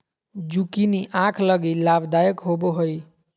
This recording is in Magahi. जुकिनी आंख लगी लाभदायक होबो हइ